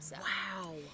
wow